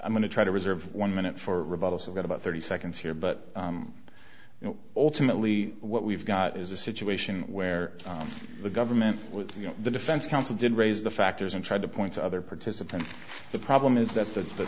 i'm going to try to reserve one minute for rebuttal so got about thirty seconds here but you know ultimately what we've got is a situation where the government with you know the defense counsel did raise the factors and tried to point to other participants the problem is that the